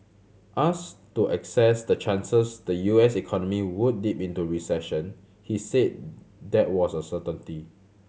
asked to assess the chances the U S economy would dip into a recession he said that was a certainty